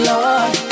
Lord